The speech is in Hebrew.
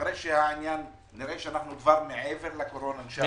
אחרי שנראה שאנחנו כבר מעבר לקורונה,